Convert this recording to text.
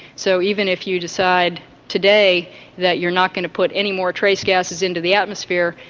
so even if you decide today that you're not going to put any more trace gases into the atmosphere,